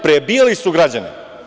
Prebijali su građane.